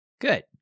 Good